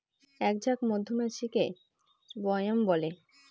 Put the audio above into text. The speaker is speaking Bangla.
এক ঝাঁক মধুমাছিকে স্বোয়াম বলে